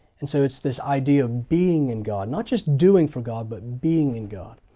and so it's this idea of being in god, not just doing for god but being in god.